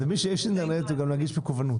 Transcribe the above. אז למי שיש אינטרנט זה גם נגיש במקוון.